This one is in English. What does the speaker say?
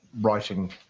writing